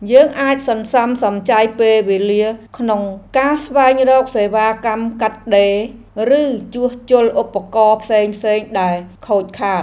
យើងអាចសន្សំសំចៃពេលវេលាក្នុងការស្វែងរកសេវាកម្មកាត់ដេរ ឬជួសជុលឧបករណ៍ផ្សេងៗដែលខូចខាត។